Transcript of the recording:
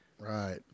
right